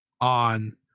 on